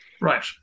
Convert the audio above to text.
Right